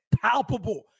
palpable